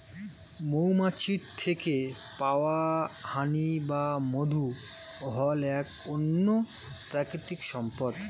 মৌমাছির থেকে পাওয়া হানি বা মধু হল এক অনন্য প্রাকৃতিক সম্পদ